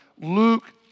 Luke